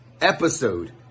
episode